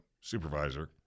supervisor